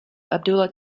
abdullah